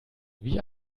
wie